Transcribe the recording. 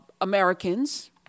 Americans